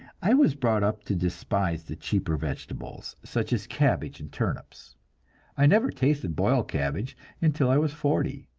i was brought up to despise the cheaper vegetables, such as cabbage and turnips i never tasted boiled cabbage until i was forty,